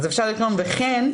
אפשר לרשום: וכן,